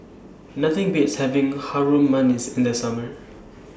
Nothing Beats having Harum Manis in The Summer